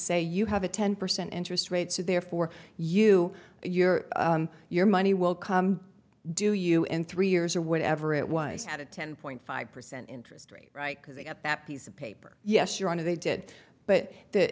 say you have a ten percent interest rate so therefore you your your money will come do you in three years or whatever it was had a ten point five percent interest rate right because they get that piece of paper yes your honor they did but that